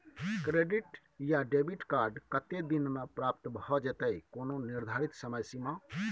Credit या debit card कत्ते दिन म प्राप्त भ जेतै, कोनो निर्धारित समय सीमा?